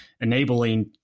enabling